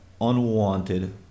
unwanted